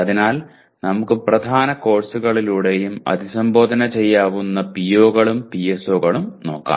അതിനാൽ നമുക്ക് പ്രധാന കോഴ്സുകളിലൂടെയും അഭിസംബോധന ചെയ്യാവുന്ന PO കളും PSO കളും നോക്കാം